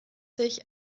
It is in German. sich